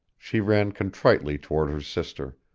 she ran contritely toward her sister.